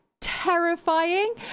terrifying